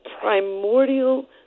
primordial